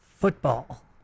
Football